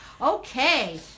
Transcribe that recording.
Okay